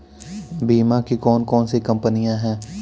बीमा की कौन कौन सी कंपनियाँ हैं?